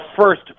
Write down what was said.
first